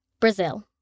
Brazil